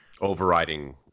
overriding